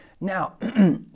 Now